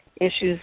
issues